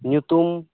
ᱧᱩᱛᱩᱢ